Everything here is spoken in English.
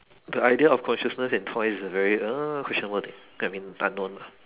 the idea of consciousness in toys is a very uh question mark I mean unknown